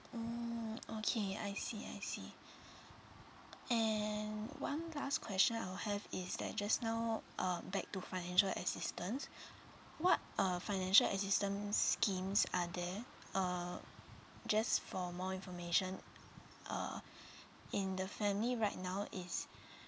mm okay I see I see and one last question I will have is that just now um back to financial assistance what uh financial assistance schemes are there uh just for more information uh in the family right now is